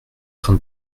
train